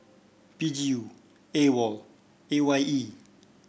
P G U AWOL A Y E